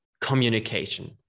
communication